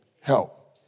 help